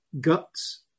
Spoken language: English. guts